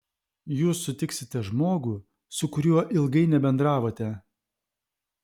jūs sutiksite žmogų su kuriuo ilgai nebendravote